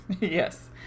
Yes